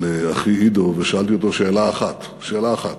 לאחי עידו ושאלתי אותו שאלה אחת, שאלה אחת: